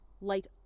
light